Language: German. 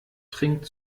trinkt